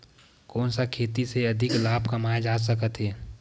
कोन सा खेती से अधिक लाभ कमाय जा सकत हे?